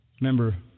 member